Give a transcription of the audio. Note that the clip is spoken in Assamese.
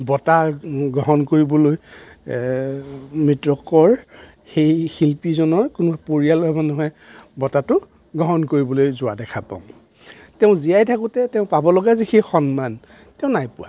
বটাঁ গ্ৰহণ কৰিবলৈ মৃতকৰ সেই শিল্পীজনৰ কোনোবা পৰিয়ালৰ মানুহে বটাঁটো গ্ৰহণ কৰিবলৈ যোৱা দেখা পাওঁ তেওঁ জীয়াই থাকোঁতে তেওঁ পাবলগীয়া যিখিনি সন্মান তেওঁ নাই পোৱা